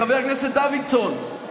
חבר הכנסת דוידסון,